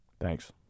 Thanks